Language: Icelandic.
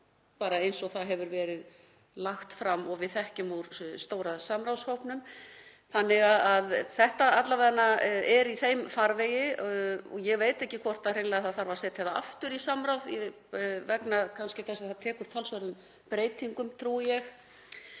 mál eins og það hefur verið lagt fram og við þekkjum úr stóra samráðshópnum. Þannig að þetta er alla vega í þeim farvegi og ég veit ekki hvort það þarf hreinlega að setja það aftur í samráð vegna þess að það tekur talsverðum breytingum, trúi ég.